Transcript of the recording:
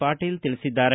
ವಾಟೀಲ ತಿಳಿಸಿದ್ದಾರೆ